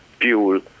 fuel